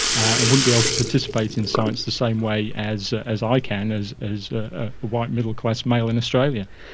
and wouldn't be able to participate in science the same way as as i can, as as a white middle-class male in australia.